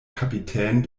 kapitän